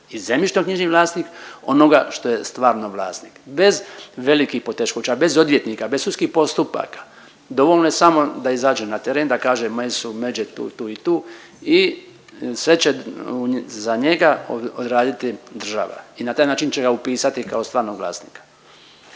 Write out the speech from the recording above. i zemljišno knjižni vlasnik onoga što je stvarno vlasnik, bez velikih poteškoća, bez odvjetnika, bez sudskih postupaka. Dovoljno je samo da izađe na teren da kaže moje su međe tu, tu i tu i sve će za njega odraditi država i na taj način će ga upisati kao stvarnog vlasnika.